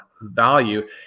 value